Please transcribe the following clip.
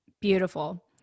Beautiful